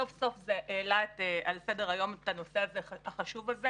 סוף סוף זה העלה על סדר-היום את הנושא החשוב הזה,